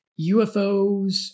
UFOs